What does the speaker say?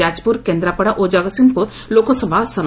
ଯାଜପୁର କେନ୍ଦ୍ରାପଡ଼ା ଓ ଜଗତସିଂହପୁର ଲୋକସଭା ଆସନ